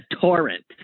torrent